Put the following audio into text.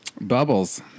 Bubbles